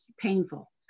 painful